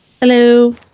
Hello